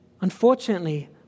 Unfortunately